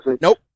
nope